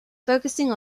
focusing